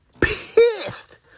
pissed